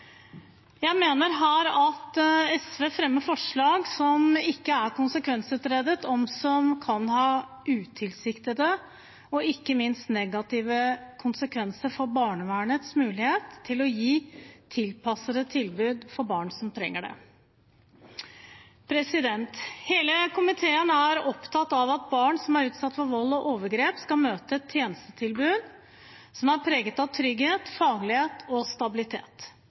Jeg mener at SV her fremmer forslag som ikke er konsekvensutredet, og som kan ha utilsiktede og ikke minst negative konsekvenser for barnevernets mulighet til å gi tilpassede tilbud til barn som trenger det. Hele komiteen er opptatt av at barn som er utsatt for vold og overgrep, skal møte et tjenestetilbud som er preget av trygghet, faglighet og stabilitet.